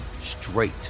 straight